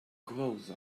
grows